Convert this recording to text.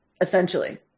essentially